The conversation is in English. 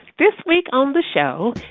this week on the show,